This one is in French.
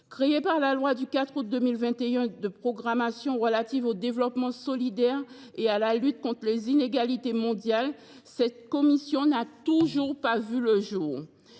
Créée par la loi du 4 août 2021 de programmation relative au développement solidaire et à la lutte contre les inégalités mondiales, cette commission n’a toujours pas vu le jour.